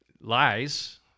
lies